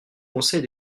conseil